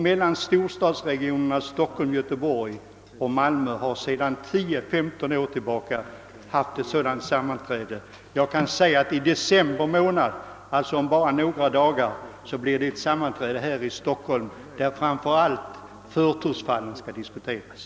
Mellan storstadsregionerna Stockholm, Göteborg och Malmö äger sådant samarbete rum sedan 10—15 år. I december månad skall vi ha ett sammanträde här i Stockholm, där framför allt frågan om förtursfallen skall diskuteras.